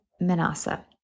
Manasseh